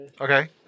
Okay